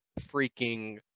Freaking